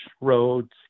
roads